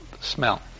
smell